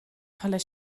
color